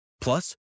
Plus